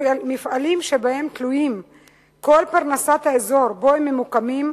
מפעלים שבהם תלויה כל פרנסת האזור שבו הם ממוקמים,